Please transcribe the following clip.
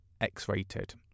X-rated